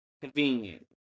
Convenient